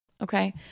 okay